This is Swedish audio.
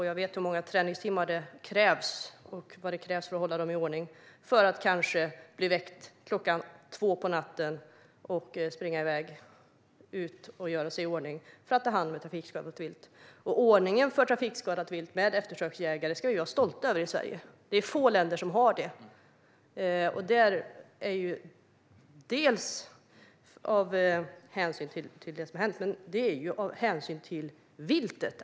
Jag vet hur många träningstimmar som krävs och vad som krävs för att hålla dem i skick, för att sedan kanske bli väckt klockan två på natten och springa iväg ut och göra sig i ordning för att ta hand om trafikskadat vilt. Ordningen för trafikskadat vilt med eftersöksjägare ska vi vara stolta över i Sverige. Det är få länder som har en sådan ordning. Denna ordning är bra dels av hänsyn till det som har hänt, dels, och framför allt, av hänsyn till viltet.